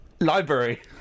Library